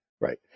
right